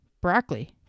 broccoli